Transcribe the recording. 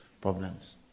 problems